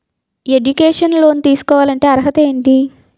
Educational loan తీసుకోవాలంటే అర్హత ఏంటి?